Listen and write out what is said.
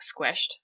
squished